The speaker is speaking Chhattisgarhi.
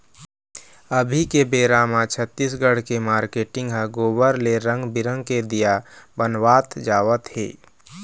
अभी के बेरा म छत्तीसगढ़ के मारकेटिंग ह गोबर ले रंग बिंरग के दीया बनवात जावत हे